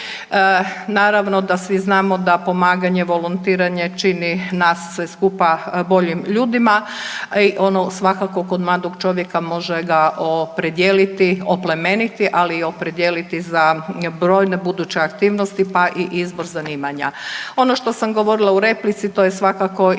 Naravno da svi znamo da pomaganje, volontiranje čini nas sve skupa boljim ljudima i ono svakako, kod mladog čovjeka, može ga opredijeliti, oplemeniti, ali i opredijeliti za brojne buduće aktivnosti, pa i izbor zanimanja. Ono što sam govorila u replici, to je svakako i